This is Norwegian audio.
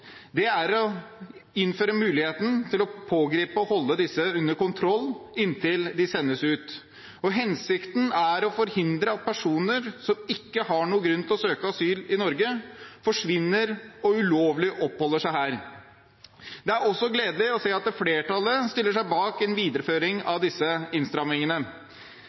på er å innføre muligheten til å pågripe og holde disse under kontroll inntil de sendes ut. Hensikten er å forhindre at personer som ikke har noen grunn til å søke asyl i Norge, forsvinner og oppholder seg her ulovlig. Det er også gledelig å se at flertallet stiller seg bak en videreføring av disse